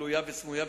גלויה וסמויה,